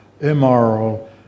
immoral